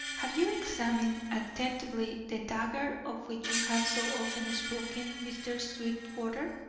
have you examined attentively the dagger of which you have so often spoken, mr. sweetwater?